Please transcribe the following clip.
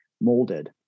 molded